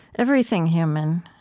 everything human,